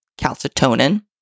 calcitonin